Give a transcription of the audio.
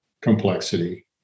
complexity